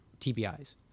tbis